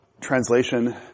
translation